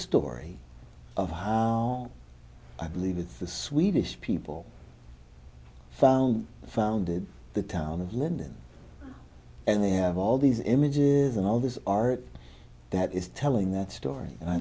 story of how i live with the swedish people found founded the town of linden and they have all these images and all this art that is telling that story and i